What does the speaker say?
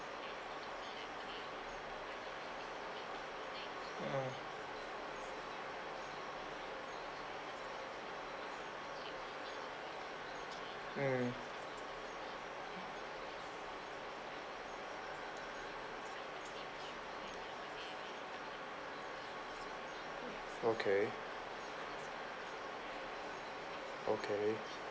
mm mm okay okay